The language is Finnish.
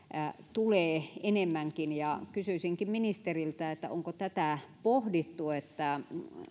tulee enemmänkin kysyisinkin ministeriltä onko tätä pohdittu